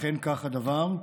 אכן כך הדבר,